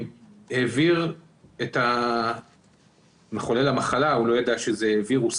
העביר את מחולל המחלה אז הוא לא ידע שזה וירוס